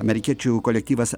amerikiečių kolektyvas